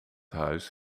huis